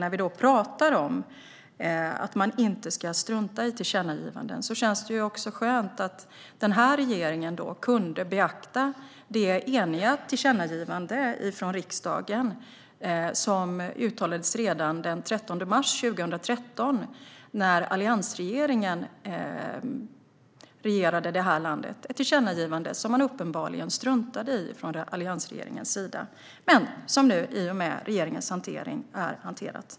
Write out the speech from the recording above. När vi nu pratar om att inte strunta i tillkännagivanden känns det också skönt att den här regeringen har beaktat det eniga tillkännagivandet från riksdagen som uttalades redan den 13 mars 2013, när alliansregeringen regerade landet. Det var ett tillkännagivande som man uppenbarligen struntade i från alliansregeringens sida men som med nuvarande regering har hanterats.